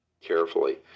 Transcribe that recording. carefully